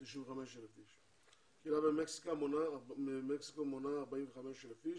95,000. הקהילה במקסיקו מונה 45,000 איש,